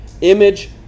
image